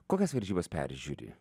kokias varžybas peržiūri